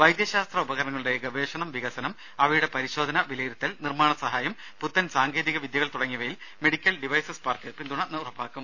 വൈദ്യശാസ്ത്ര ഉപകരണങ്ങളുടെ ഗവേഷണം വികസനം അവയുടെ പരിശോധന വിലയിരുത്തൽ നിർമ്മാണ സഹായം പുത്തൻ സാങ്കേതികവിദ്യകൾ തുടങ്ങിയവയിൽ മെഡിക്കൽ ഡിവൈസസ് പാർക്ക് പിന്തുണ ഉറപ്പാക്കും